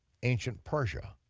ancient persia,